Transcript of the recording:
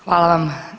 Hvala vam.